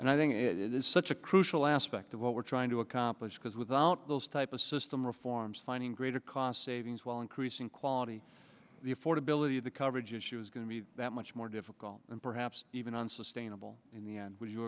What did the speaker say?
and i think it is such a crucial aspect of what we're trying to accomplish because without those type of system reforms signing greater cost savings while increasing quality the affordability of the coverage issue is going to be that much more difficult and perhaps even unsustainable in the end would you